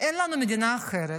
אין לנו מדינה אחרת,